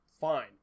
fine